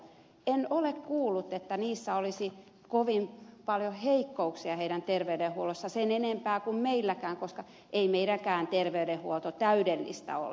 en ole kuullut että niissä olisi kovin paljon heikkouksia terveydenhuollossa sen enempää kuin meilläkään koska ei meidänkään terveydenhuolto täydellistä ole